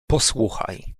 posłuchaj